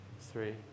three